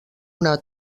una